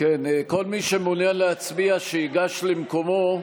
כל מי שמעוניין להצביע, שייגש למקומו,